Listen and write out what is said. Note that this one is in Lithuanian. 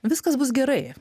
viskas bus gerai